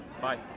Bye